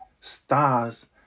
stars